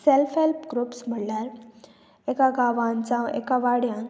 self help groups म्हणल्यार एका गांवांत जावं एका वाड्यान